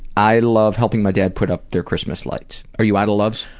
i love helping my dad put up their christmas lights. are you out of loves?